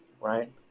right